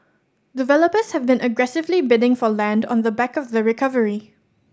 developers have been aggressively bidding for land on the back of the recovery